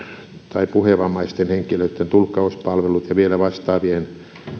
tai puhevammaisten henkilöiden tulkkauspalvelut ja vielä muiden vastaavien